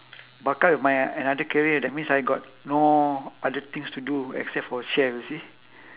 pakat with my another career that means I got no other things to do except for chef you see